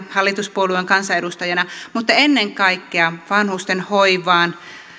hallituspuolueen kansanedustajana että ennen kaikkea vanhusten hoivaan